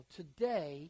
today